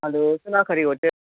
hello Sunakhari hotel